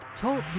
Talk